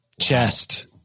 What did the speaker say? Chest